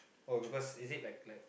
oh because is it like like